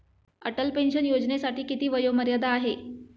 Atal pension योजनेसाठी किती वयोमर्यादा आहे?